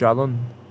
چَلُن